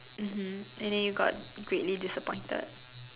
mmhmm and then you got greatly disappointed